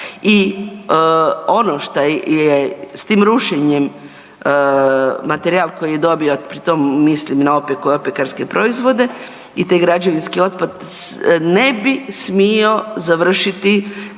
i ono šta je s tim rušenjem, materijal koji je dobio, pri tom mislim na opeku i opekarske proizvode i taj građevinski otpad ne bi smio završiti kao otpad.